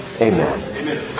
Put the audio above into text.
Amen